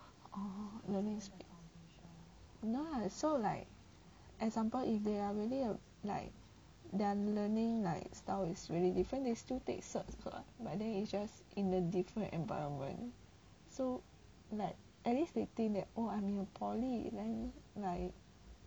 orh learning speed no lah so like example if they are really uh like they're learning like style is really different they still take certs [what] but then it's just in a different environment so like at least they think that oh I'm in a poly then like